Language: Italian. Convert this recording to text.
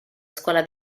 scuola